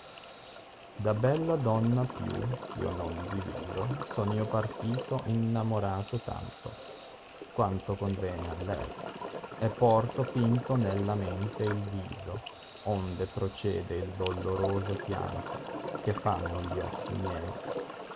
da bella donna più eh io non diviso son io partito innamorato tanto quanto convene a lei e porto pioto nella mente il viso onde procede il doloroso pianto che fanno gli occhi miei